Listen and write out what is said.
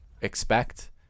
expect